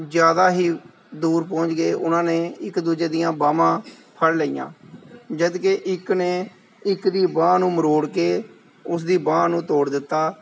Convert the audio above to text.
ਜ਼ਿਆਦਾ ਹੀ ਦੂਰ ਪਹੁੰਚ ਗਏ ਉਹਨਾਂ ਨੇ ਇੱਕ ਦੂਜੇ ਦੀਆਂ ਬਾਹਵਾਂ ਫੜ ਲਈਆਂ ਜਦੋਂ ਕਿ ਇੱਕ ਨੇ ਇੱਕ ਦੀ ਬਾਂਹ ਨੂੰ ਮਰੋੜ ਕੇ ਉਸ ਦੀ ਬਾਂਹ ਨੂੰ ਤੋੜ ਦਿੱਤਾ